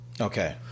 Okay